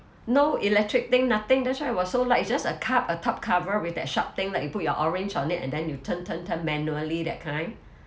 no electric thing nothing that's why it was so light it's just a cup a top cover with that sharp thing that you put your orange on it and then you turn turn turn manually that kind